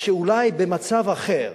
שאולי במצב אחר